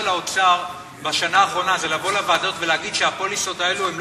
ההסתדרות לא חתומה על ההסכמים.